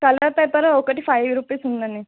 తెల్ల పేపర్ ఒకటి five rupees ఉందండి